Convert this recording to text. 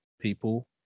people